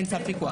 אין צו פיקוח.